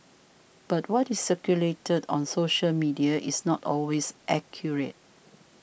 but what is circulated on social media is not always accurate